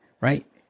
Right